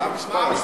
מה המספר?